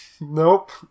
Nope